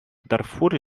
дарфуре